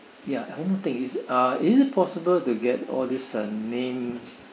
ya one more thing is uh is it possible to get all this uh name